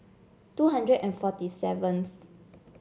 two hundred and forty seventh